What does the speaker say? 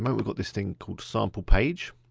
but we got this thing called sample page.